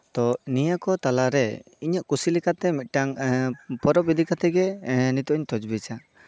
ᱟᱫᱚ ᱱᱤᱭᱟᱹ ᱠᱚ ᱛᱟᱞᱟᱨᱮ ᱤᱧᱟᱹᱜ ᱠᱩᱥᱤ ᱞᱮᱠᱟᱛᱮ ᱢᱤᱫᱴᱟᱝ ᱯᱚᱨᱚᱵᱽ ᱤᱫᱤ ᱠᱟᱛᱮᱜ ᱜᱮ ᱱᱤᱛᱚᱜ ᱤᱧ ᱛᱚᱡᱵᱤᱡᱼᱟ